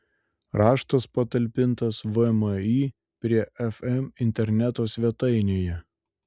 raštas patalpintas vmi prie fm interneto svetainėje